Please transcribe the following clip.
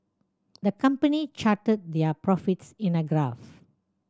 the company charted their profits in a graph